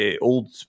old